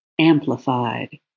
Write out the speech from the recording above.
amplified